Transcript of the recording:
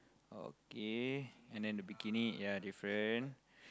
okay and then the bikini ya different